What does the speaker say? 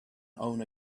own